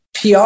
PR